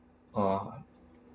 oh